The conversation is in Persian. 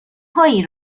هایی